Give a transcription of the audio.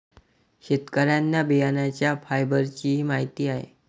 शेतकऱ्यांना बियाण्यांच्या फायबरचीही माहिती आहे